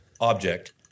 object